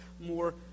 more